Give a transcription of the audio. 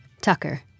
Tucker